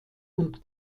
und